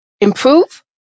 improve